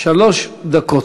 שלוש דקות.